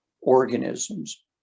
organisms